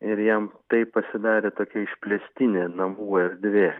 ir jam tai pasidarė tokia išplėstinė namų erdvė